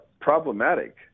problematic